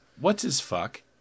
what's-his-fuck